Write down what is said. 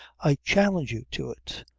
i challenge you to it!